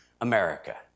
America